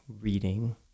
reading